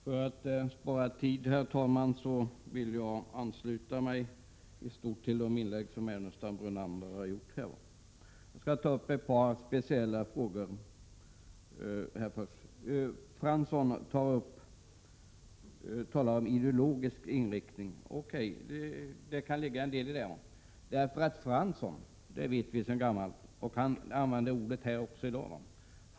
Herr talman! För att spara tid vill jag i stort sett ansluta mig till det som framhållits i inläggen från Lars Ernestam och Lennart Brunander. Jag skall därutöver bara ta upp ett par speciella frågor. Fransson talar om ideologisk inriktning. O.K. — det kan ligga en del i detta. Vi vet sedan gammalt att Fransson talar om samhällsnyttan, och han använde ordet även här i dag.